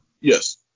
Yes